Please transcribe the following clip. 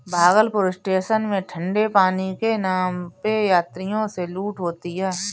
Bhagalpur station में ठंडे पानी के नाम पे यात्रियों से लूट होती है